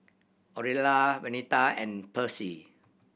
Orilla Venita and Percy